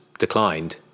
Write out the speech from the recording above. declined